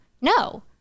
no